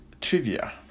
trivia